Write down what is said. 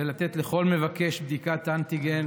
ולתת לכל מבקש בדיקת אנטיגן